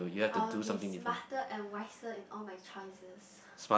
I will be smarter and wiser in all my choices